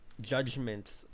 judgments